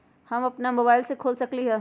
हम अपना मोबाइल से खोल सकली ह?